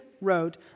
wrote